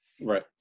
Right